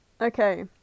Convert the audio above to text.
Okay